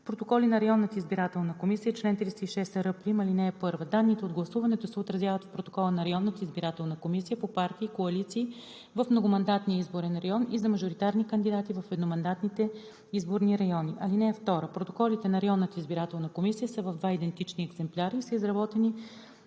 Протоколи на районната избирателна комисия Чл. 306р'. (1) Данните от гласуването се отразяват в протоколи на районната избирателна комисия по партии, коалиции в многомандатния изборен район и за мажоритарни кандидати в едномандатните изборни райони. (2) Протоколите на районната избирателна комисия са в два идентични екземпляра и са изработени